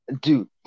dude